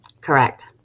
Correct